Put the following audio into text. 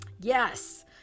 Yes